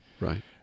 right